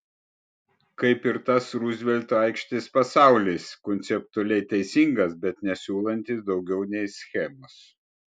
kaip ir tas ruzvelto aikštės pasaulis konceptualiai teisingas bet nesiūlantis daugiau nei schemos